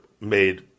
made